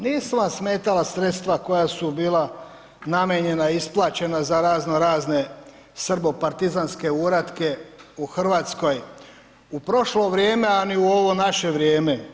Nisu vam smetala sredstva koja su bila namijenjena, isplaćena za razno-razne srbo-partizanske uratke u Hrvatskoj u prošlo vrijeme, a ni u ovo naše vrijeme.